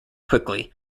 quickly